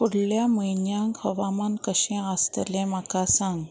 फुडल्या म्हयन्यांक हवामान कशें आसतलें म्हाका सांग